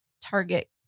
target